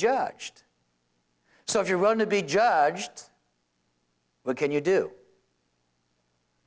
judged so if you're going to be judged what can you do